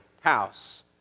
house